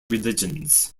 religions